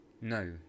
No